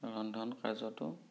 ৰন্ধন কাৰ্য্যটো